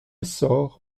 sort